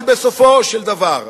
אבל בסופו של דבר,